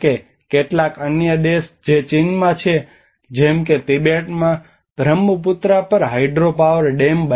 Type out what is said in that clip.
કેટલાક અન્ય દેશ જે ચીનમાં છે જેમ કે તિબેટમાં બ્રહ્મપુત્રા પર હાઇડ્રો પાવર ડેમ બનાવે છે